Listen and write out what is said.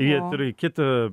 jie turi kitą